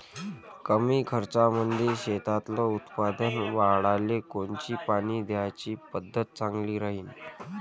कमी खर्चामंदी शेतातलं उत्पादन वाढाले कोनची पानी द्याची पद्धत चांगली राहीन?